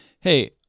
Hey